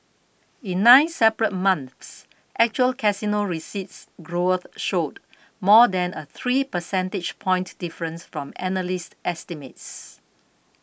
in nine separate months actual casino receipts growth showed more than a three percentage point difference from analyst estimates